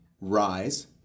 rise